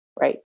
right